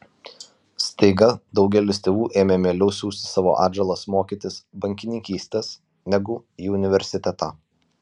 staiga daugelis tėvų ėmė mieliau siųsti savo atžalas mokytis bankininkystės negu į universitetą